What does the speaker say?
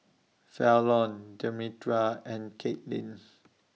Fallon Demetra and Katlin